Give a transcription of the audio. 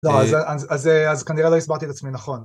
לא, אז כנראה לא הסברתי את עצמי, נכון.